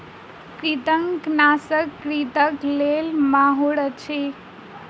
कृंतकनाशक कृंतकक लेल माहुर अछि